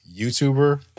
YouTuber